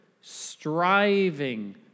striving